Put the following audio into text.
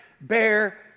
bear